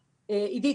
עידית,